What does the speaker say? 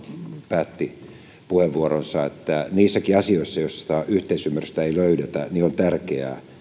päätti puheenvuoronsa että niissäkin asioissa joista yhteisymmärrystä ei löydetä on tärkeää